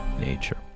nature